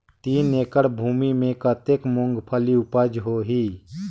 तीन एकड़ भूमि मे कतेक मुंगफली उपज होही?